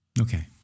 Okay